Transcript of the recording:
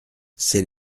c’est